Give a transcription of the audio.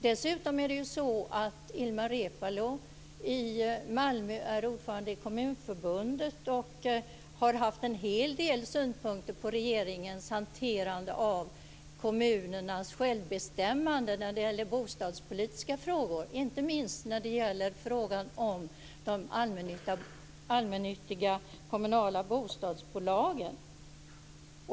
Dessutom är Ilmar Reepalu från Malmö ordförande i Kommunförbundet, och han har haft en hel del synpunkter på regeringens hanterande av kommunernas självbestämmande i bostadspolitiska frågor, inte minst när det gäller frågan om de allmännyttiga kommunala bostadsbolagen.